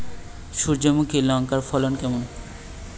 সূর্যমুখী লঙ্কার ফলন কেমন?